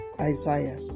Isaiah